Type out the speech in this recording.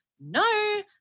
no